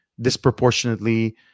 disproportionately